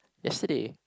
yesterday